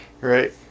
right